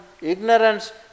ignorance